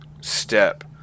step